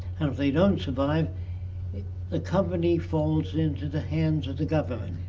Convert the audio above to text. and if they don't survive the ah company falls into the hands of the government.